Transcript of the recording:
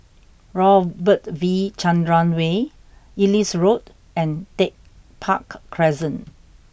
Robert V Chandran Way Ellis Road and Tech Park Crescent